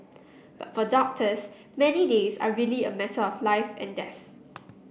but for doctors many days are really a matter of life and death